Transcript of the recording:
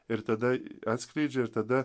ir tada atskleidžia ir tada